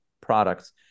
products